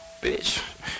Bitch